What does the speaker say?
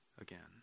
again